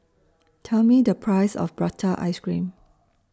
Tell Me The Price of Prata Ice Cream